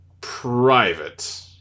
private